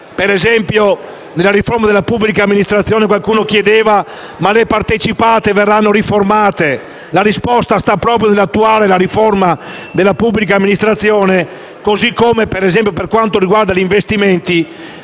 ad esempio - alla riforma della pubblica amministrazione. Qualcuno ha chiesto se le partecipate verranno riformate: la risposta sta proprio nell'attuare la riforma della pubblica amministrazione. Così come, per quanto riguarda gli investimenti,